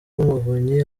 rw’umuvunyi